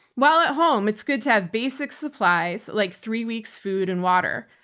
while at home it's good to have basic supplies like three-weeks food and water.